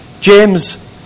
James